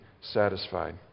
satisfied